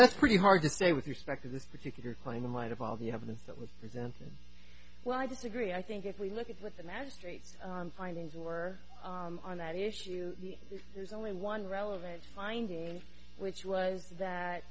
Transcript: that's pretty hard to say with respect to this particular claim in light of all the evidence that was resample well i disagree i think if we look at what the magistrate's findings were on that issue there's only one relevant finding which was that